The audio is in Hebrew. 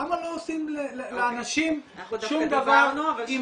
למה לא עושים לאנשים שום דבר --- אנחנו דווקא דיברנו אבל --- אם